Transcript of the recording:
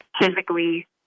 physically